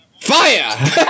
fire